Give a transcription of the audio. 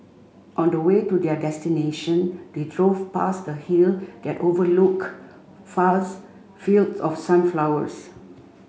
on the way to their destination they drove past a hill that overlooked fast fields of sunflowers